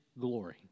glory